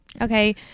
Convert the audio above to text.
okay